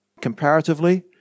comparatively